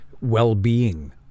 well-being